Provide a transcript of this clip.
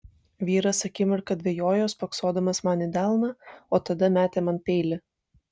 vyras akimirką dvejojo spoksodamas man į delną o tada metė man peilį